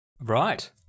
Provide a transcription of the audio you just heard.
Right